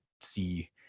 see